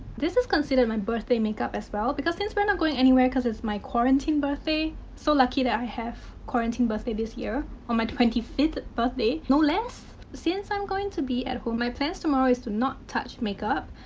this is considered my birthday makeup as well. because, since we're not going anywhere because it's my quarantine birthday, so lucky that i have quarantine birthday this year. on my twenty fifth birthday, no less. since i'm going to be at home, my plans tomorrow is to not touch makeup,